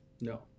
No